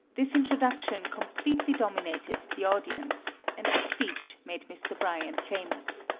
this introduction completely dominated the audience, and the speech made mr. bryan famous.